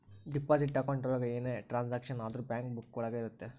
deposit account ಒಳಗ ಏನೇ transaction ಆದ್ರೂ ಬ್ಯಾಂಕ್ ಬುಕ್ಕ ಒಳಗ ಇರುತ್ತೆ